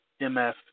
MF